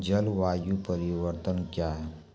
जलवायु परिवर्तन कया हैं?